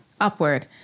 upward